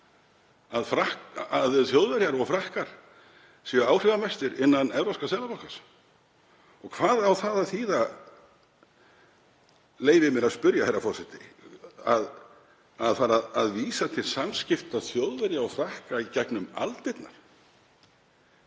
að Þjóðverjar og Frakkar séu áhrifamestir innan Seðlabanka Evrópu? Og hvað á það að þýða, leyfi ég mér að spyrja, herra forseti, að fara að vísa til samskipta Þjóðverja og Frakka í gegnum aldirnar?